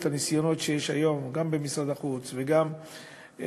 את הניסיונות שיש היום גם במשרד החוץ וגם במשרדי